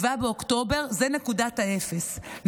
7 באוקטובר זה נקודת האפס,